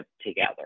together